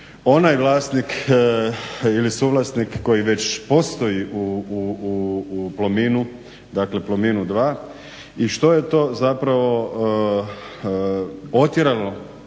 onaj vlasnik ili suvlasnik koji već postoji u Plominu 2 i što je to zapravo otjeralo